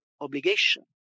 obligation